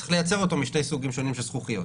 צריך לייצר אותו משני סוגים של זכוכיות.